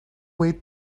wait